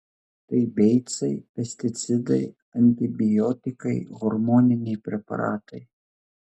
tai beicai pesticidai antibiotikai hormoniniai preparatai